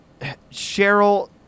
Cheryl